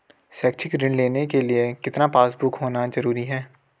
शैक्षिक ऋण लेने के लिए कितना पासबुक होना जरूरी है?